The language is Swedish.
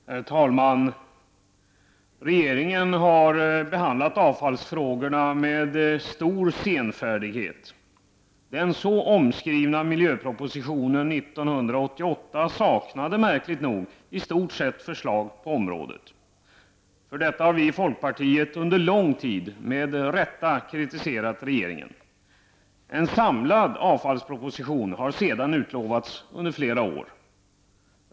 Herr talman! Regeringen har behandlat avfallsfrågorna med stor senfärdighet. Den så omskrivna miljöpropositionen 1988 saknade märkligt nog i stort sett förslag på området. För detta har vi i folkpartiet under lång tid med rätta kritiserat regeringen. En samlad avfallsproposition har sedan utlovats under flera år.